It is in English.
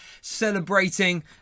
celebrating